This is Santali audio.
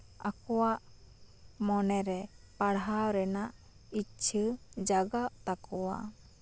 ᱟᱠᱚᱣᱟᱜ ᱢᱚᱱᱮᱨᱮ ᱯᱟᱲᱦᱟᱣ ᱨᱮᱱᱟᱜ ᱤᱪᱪᱷᱟᱹ ᱡᱟᱜᱟᱜ ᱛᱟᱠᱚᱣᱟ